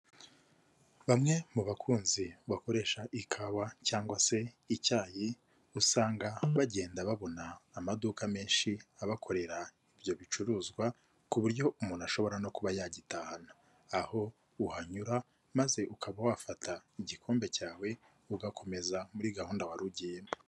Bamwe mu bakunzi bakoresha ikawa cyangwa se icyayi, usanga bagenda babona amaduka menshi abakorera ibyo bicuruzwa ku buryo umuntu ashobora no kuba yagitahana, aho uhanyura maze ukaba wafata igikombe cyawe, ugakomeza muri gahunda wari ugiyemo.